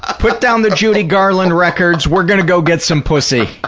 ah put down the judy garland records, we're going to go get some pussy.